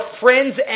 friend's